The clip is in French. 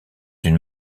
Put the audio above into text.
une